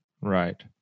right